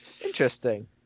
Interesting